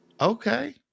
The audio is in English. Okay